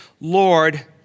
Lord